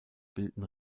bilden